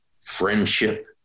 friendship